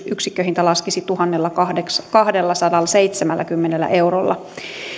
yksikköhinta laskisi tuhannellakahdellasadallaseitsemälläkymmenellä eurolla